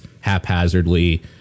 haphazardly